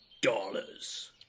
dollars